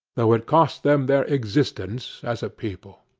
though it cost them their existence as a people.